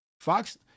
Fox